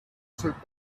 fruit